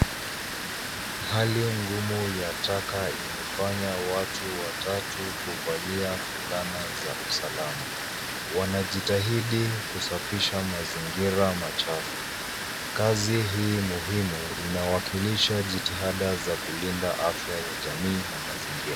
Hali ngumu ya taka imefanya watu watatu kuvalia fulana za usalama. Wanajitahidi kusafisha mazingira machafu. Kazi hii muhimu inawakilisha jihada za kulinda afya.